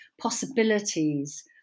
possibilities